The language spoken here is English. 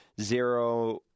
Zero